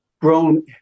grown